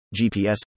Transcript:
GPS